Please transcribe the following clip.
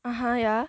(uh huh) yeah